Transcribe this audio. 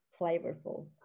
flavorful